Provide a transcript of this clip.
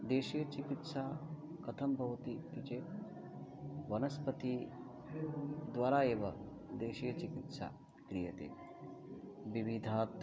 देशीयचिकित्सा कथं भवति इति चेत् वनस्पतिद्वारा एव देशीयचिकित्सा क्रियते विविधात्